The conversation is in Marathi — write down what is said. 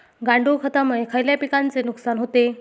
गांडूळ खतामुळे खयल्या पिकांचे नुकसान होते?